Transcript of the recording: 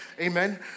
Amen